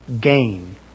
gain